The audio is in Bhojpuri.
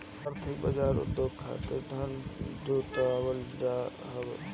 आर्थिक बाजार उद्योग खातिर धन जुटावल जात हवे